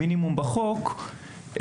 המינימום בחוק,